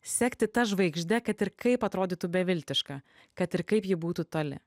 sekti tą žvaigždę kad ir kaip atrodytų beviltiška kad ir kaip ji būtų toli